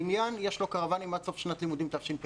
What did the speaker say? הבניין, יש לו קרוואנים עד סוף שנת לימודים תשפ"ב,